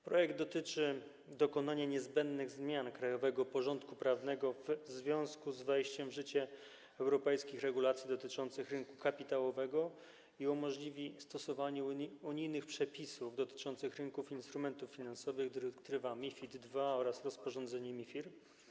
Projekt dotyczy dokonania niezbędnych zmian krajowego porządku prawnego w związku z wejściem w życie europejskich regulacji dotyczących rynku kapitałowego i umożliwi stosowanie unijnych przepisów dotyczących rynków instrumentów finansowych - dyrektywa MiFID II oraz rozporządzenie MiFIR.